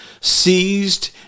seized